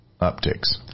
upticks